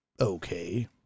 Okay